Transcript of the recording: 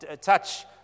touch